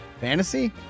Fantasy